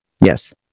Yes